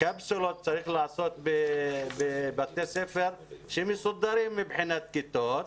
קפסולות צריך לעשות בבתי ספר שהם מסודרים מבחינת כמות הכיתות.